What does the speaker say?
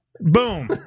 Boom